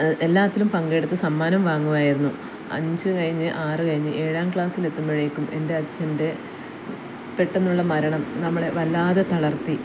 എല്ലാത്തിലും പങ്കെടുത്ത് സമ്മാനം വാങ്ങുമായിരുന്നു അഞ്ച് കഴിഞ്ഞ് ആറ് കഴിഞ്ഞ് ഏഴാം ക്ലാസിലെത്തുമ്പോഴേക്കും എൻ്റെ അച്ഛൻ്റെ പെട്ടെന്നുള്ള മരണം നമ്മളെ വല്ലാതെ തളർത്തി